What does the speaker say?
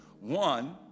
One